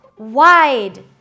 Wide